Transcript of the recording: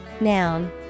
noun